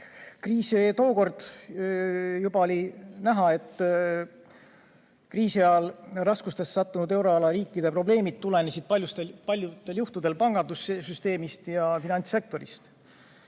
Tookord oli juba näha, et kriisi ajal raskustesse sattunud euroala riikide probleemid tulenesid paljudel juhtudel pangandussüsteemist ja finantssektorist.